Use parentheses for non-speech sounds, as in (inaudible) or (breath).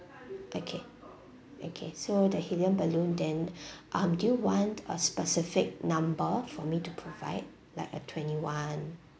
okay okay so the helium balloon then (breath) um do you want uh specific number for me to provide like a twenty one